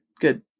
good